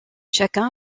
chacun